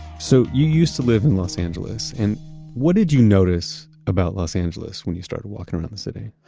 so you used to live in los angeles and what did you notice about los angeles when you started walking around the city?